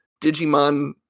Digimon